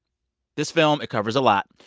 this film, it covers a lot,